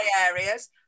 areas